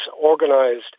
organized